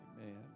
amen